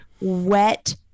wet